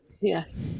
Yes